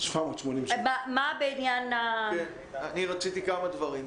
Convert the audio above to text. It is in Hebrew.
אני רציתי כמה דברים.